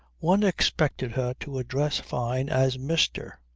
one expected her to address fyne as mr.